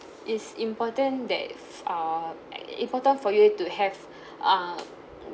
is important that err important for you to have um